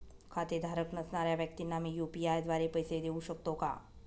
खातेधारक नसणाऱ्या व्यक्तींना मी यू.पी.आय द्वारे पैसे देऊ शकतो का?